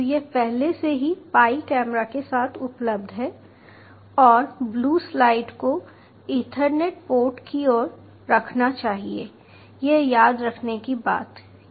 तो यह पहले से ही पाई कैम के साथ उपलब्ध है और ब्लू साइड को ईथरनेट पोर्ट की ओर रखना चाहिए यह याद रखने की एक बात है